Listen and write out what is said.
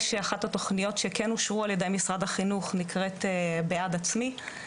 אחת התוכניות שכן אושרו על ידי משרד החינוך נקראת "בעד עצמי",